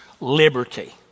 liberty